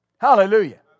Hallelujah